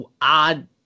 odd